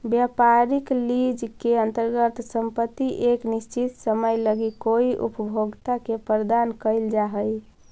व्यापारिक लीज के अंतर्गत संपत्ति एक निश्चित समय लगी कोई उपभोक्ता के प्रदान कईल जा हई